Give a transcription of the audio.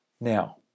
Now